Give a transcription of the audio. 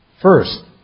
First